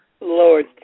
Lord